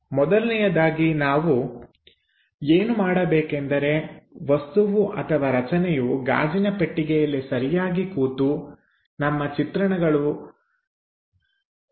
ಮೊದಲನೆಯದಾಗಿ ನಾವು ಏನು ಮಾಡಬೇಕೆಂದರೆ ವಸ್ತುವು ಅಥವಾ ರಚನೆಯು ಗಾಜಿನ ಪೆಟ್ಟಿಗೆಯಲ್ಲಿ ಸರಿಯಾಗಿ ಕೂತು ನಮ್ಮ ಚಿತ್ರಣಗಳು ಸರಳವಾಗಿರುವಂತೆ ನೋಡಿಕೊಳ್ಳಬೇಕು